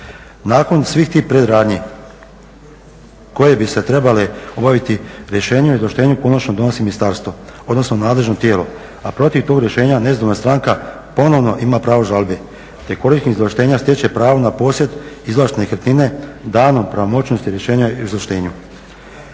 Nakon svih tih predradnji koje bi se trebale … rješenju, izvlaštenju konačno donosi ministarstvo, odnosno nadležno tijelo, a protiv tog rješenja … stranka ponovo ima pravo žalbe te korisnik izvlaštenja stječe pravo na posjed izvlaštene nekretnine dano pravomoćnosti rješenja izvlaštenju.